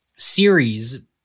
series